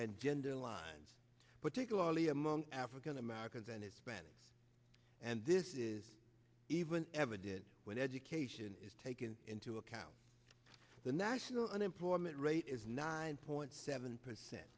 and gender lines particularly among african americans and hispanics and this is even ever did when education is taken into account the national unemployment rate is nine point seven percent